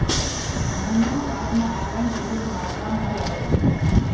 धनियाँ पात मे आइरन प्रचुर मात्रा मे रहय छै